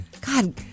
God